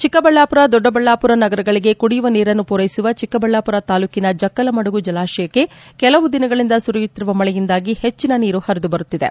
ಚಿಕ್ಕಬಳ್ಳಾಪುರ ದೊಡ್ಡಬಳ್ಳಾಪುರ ನಗರಗಳಿಗೆ ಕುಡಿಯುವ ನೀರನ್ನು ಪೂರೈಸುವ ಚಿಕ್ಕಬಳ್ಳಾಪುರ ತಾಲೂಕಿನ ಜಕ್ಕಲಮಡುಗು ಜಲಾಶಯಕ್ಕೆ ಕೆಲವು ದಿನಗಳಿಂದ ಸುರಿಯುತ್ತಿರುವ ಮಳೆಯಿಂದಾಗಿ ಹೆಚ್ಚಿನ ನೀರು ಹರಿದು ಬರುತ್ತಿದೆ